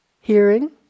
Hearing